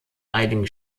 einigen